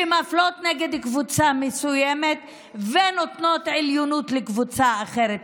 שמפלות נגד קבוצה מסוימת ונותנת עליונות לקבוצה אחרת.